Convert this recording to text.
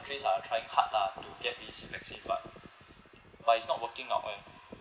are trying hard lah to get this vaccine but but it's not working out well